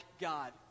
God